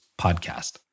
podcast